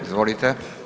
Izvolite.